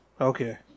Okay